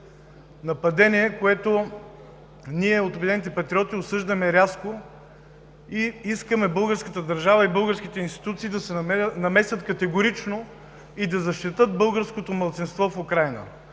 нападение, което ние, „Обединените патриоти“, осъждаме остро и искаме българската държава и българските институции да се намесят категорично и да защитят българското малцинство в Украйна.